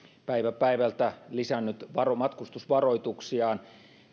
päivä päivältä lisännyt matkustusvaroituksiaan